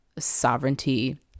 sovereignty